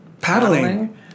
paddling